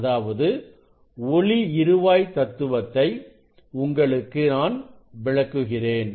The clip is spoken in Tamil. அதாவது ஒளி இருவாய் தத்துவத்தை உங்களுக்கு நான் விளக்குகிறேன்